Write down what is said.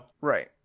Right